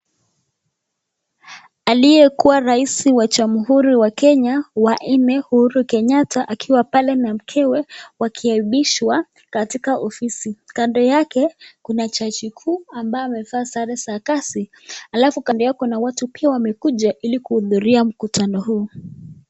Aliyekuwa rais wa jamhuri ya Kenya, wa nne Uhuru Kenyata akiwa pale na mkewe wakiapishwa katika ofisi, kando yake, kuna jaji kuu ambaye amevaa sare za kazi alafu kando yao kuna watu pia wamekuja ili kuhudhuria mkutano huu.